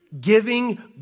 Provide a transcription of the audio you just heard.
Giving